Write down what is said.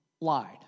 lied